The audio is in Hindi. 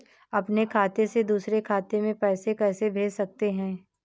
अपने खाते से दूसरे खाते में पैसे कैसे भेज सकते हैं?